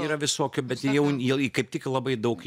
yra visokių bet jau vėlgi kaip tik labai daug